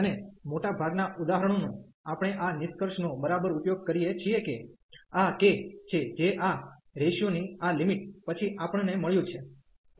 અને મોટાભાગનાં ઉદાહરણોનો આપણે આ નિષ્કર્ષનો બરાબર ઉપયોગ કરીએ છીએ કે આ k છે જે આ રેશીયો ની આ લિમિટ પછી આપણ ને મળ્યું છે